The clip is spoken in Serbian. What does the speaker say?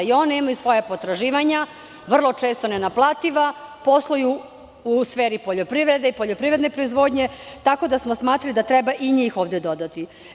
I one imaju svoja potraživanja, vrlo često nenaplativa, posluju u sferi poljoprivrede i poljoprivredne proizvodnje, tako da smo smatrali da treba i njih ovde dodati.